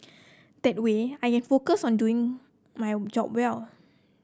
that way I can focus on doing my job well